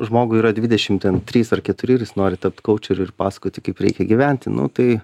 žmogui yra dvidešim ten trys ar keturi ir jis nori tapt koučeriu ir pasakoti kaip reikia gyventi nu tai